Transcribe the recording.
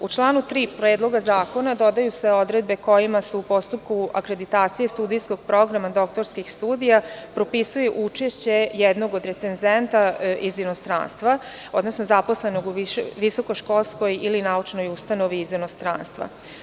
U članu 3. Predloga zakona dodaju se odredbe kojima se u postupku akreditacije studijskog programa doktorskih studija propisuje učešće jednog od recenzenta iz inostranstva, odnosno zaposlenog u visokoškolskoj ili naučnoj ustanovi iz inostranstva.